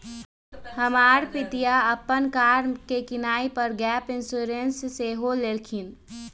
हमर पितिया अप्पन कार के किनाइ पर गैप इंश्योरेंस सेहो लेलखिन्ह्